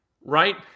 right